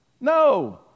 No